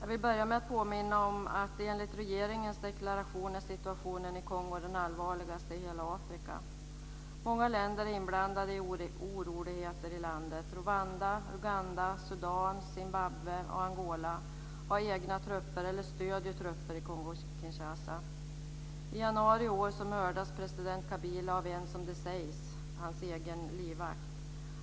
Jag vill börja med att påminna om att enligt regeringens deklaration är situationen i Kongo den allvarligaste i hela Afrika. Många länder är inblandade i oroligheterna i landet. Rwanda, Uganda, Sudan, Zimbabwe och Angola har egna trupper eller stöder trupper i Kongo-Kinshasa. I januari i år mördades president Kabila av, som det sägs, sin egen livvakt.